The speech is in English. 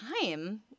time